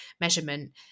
measurement